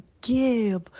give